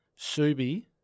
Subi